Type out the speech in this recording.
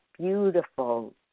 beautiful